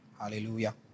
Hallelujah